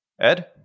Ed